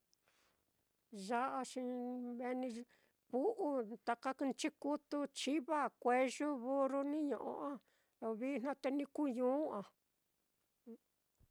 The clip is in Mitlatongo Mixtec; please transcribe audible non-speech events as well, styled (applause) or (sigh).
Ya'a xi meeni ku'u taka nchikutu, chiva, kueyu, burru, ni ño'o á, vijna te ni kuu ñuu á. (noise)